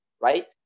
right